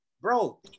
bro